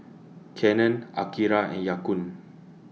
Canon Akira and Ya Kun